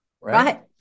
right